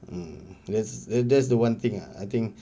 mm that's that's the one thing I think